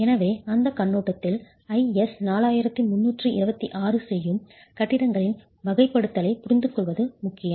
எனவே அந்தக் கண்ணோட்டத்தில் IS 4326 செய்யும் கட்டிடங்களின் வகைப்படுத்தலைப் புரிந்துகொள்வது முக்கியம்